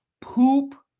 Poop